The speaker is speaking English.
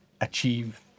achieve